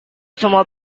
semua